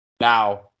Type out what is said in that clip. Now